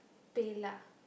paylah